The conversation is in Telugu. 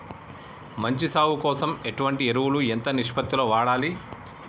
మంచి సాగు కోసం ఎటువంటి ఎరువులు ఎంత నిష్పత్తి లో వాడాలి?